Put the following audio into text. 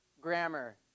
grammar